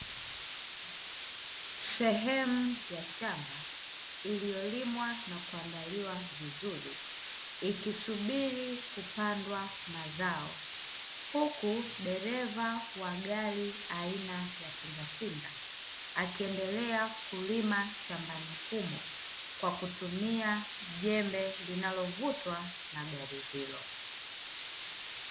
Sehemu ya shamba iliyolimwa na kuandaliwa vizuri, ikisubiri kupandwa mazao huku dereva wa gari aina ya tingatinga, akiendelea kulima shambani humo kwa kutumia jembe linalovutwa na gari hilo.